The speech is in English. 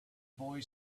boy